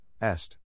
est